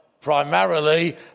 primarily